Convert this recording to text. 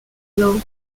law